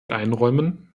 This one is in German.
einräumen